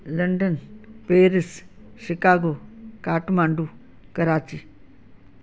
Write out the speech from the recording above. London Paris Chicago Kathmandu Karachi